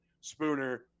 Spooner